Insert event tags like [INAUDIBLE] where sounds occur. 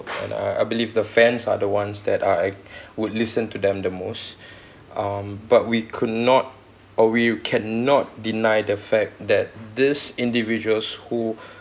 and I I believe the fans are the ones that are uh [BREATH] would listen to them the most [BREATH] um but we could not or we cannot deny the fact that these individuals who